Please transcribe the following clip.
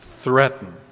threaten